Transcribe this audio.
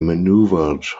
maneuvered